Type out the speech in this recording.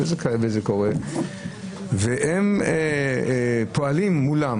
והם פועלים מולם